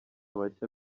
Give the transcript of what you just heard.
mashya